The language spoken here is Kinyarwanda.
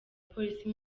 polisi